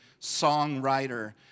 songwriter